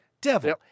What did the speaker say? Devil